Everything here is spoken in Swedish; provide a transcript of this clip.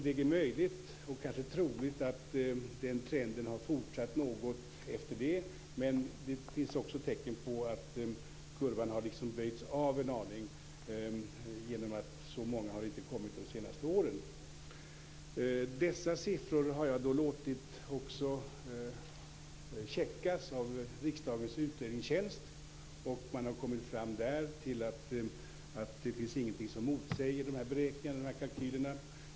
Det är möjligt - och kanske troligt - att denna trend har fortsatt, men det finns också tecken på att kurvan har böjts av en aning genom att det inte har kommit så många under de senaste åren. Dessa siffror har jag låtit kontrolleras av riksdagens utredningstjänst. Där har man kommit fram till att det inte finns någonting som motsäger beräkningarna och kalkylerna.